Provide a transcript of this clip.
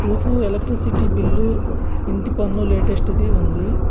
proof electricity bill ఇంటి పన్ను లేటెస్ట్ది ఉంది